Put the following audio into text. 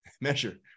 measure